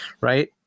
Right